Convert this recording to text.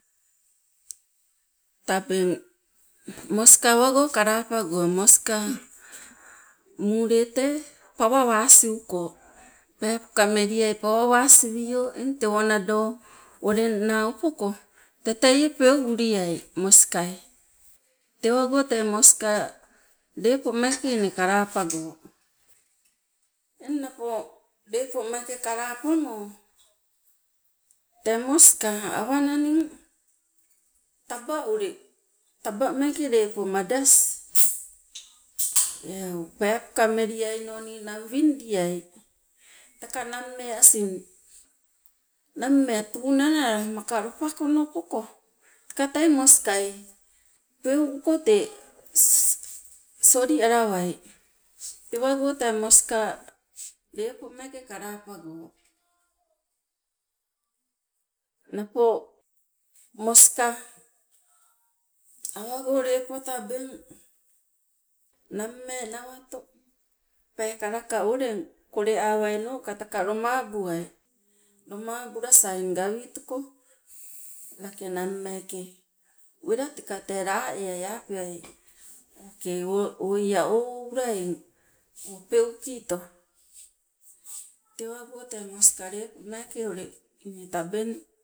Tabeng moska awago kalapago, moska muule tee pawa wasiuko, peepoka meliai tee pawa wasiwio eng tewo nado uleng naa upoko teie peu uliai moskai, tee tewago tee moska lepo meeke inne kalapago. Eng napo lepo meeke kalapamo tee moska awananing taba ule taba meeke lepo madas eu, peepoka meliaino ninang wingdiai teka nammee asing nammee tunanala maka lopakono poko tee ka tei moskai peu uko solialawai. Tewago tee moska ule lepo kalapago, napo moska awago lepo tabeng nammee nawato peekala ka oleng koleawainoka tee lomabuai, lomabula saing gawitoko lake nammeeke wela teka tee laeai, apeai okei o ia o oula eng o peukito. Tewago tee moska ule lepo meeke inne tabeng.